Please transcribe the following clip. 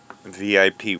VIP